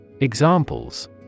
Examples